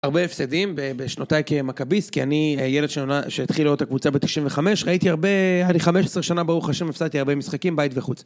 הרבה הפסדים ב.. בשנותיי כמכביסט, כי אני אה.. ילד שהתחיל לאהוד את הקבוצה בתשעים וחמש, ראיתי הרבה... אני חמש עשרה שנה ברוך ה' הפסדתי הרבה משחקים בית וחוץ.